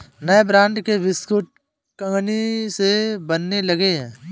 नए ब्रांड के बिस्कुट कंगनी से बनने लगे हैं